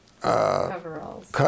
Coveralls